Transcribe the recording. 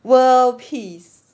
world peace